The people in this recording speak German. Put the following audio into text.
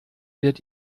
wärt